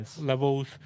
levels